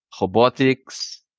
robotics